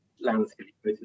landscape